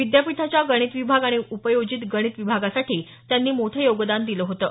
विद्यापीठाच्या गणित विभाग आणि उपयोजित गणित विभागासाठी त्यांनी मोठं योगदान दिलं होतं